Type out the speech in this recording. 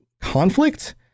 conflict